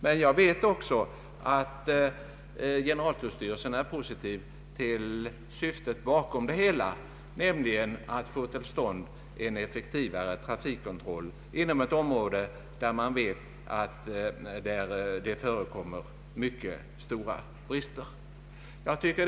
Jag vet emellertid också att generaltullstyrelsen är positivt inställd till avsikten med motionerna, d.v.s. att få till stånd en mer effektiv trafikkontroll inom ett område där man vet att det förekommer mycket stora brister.